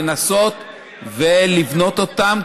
לנסות ולבנות אותם,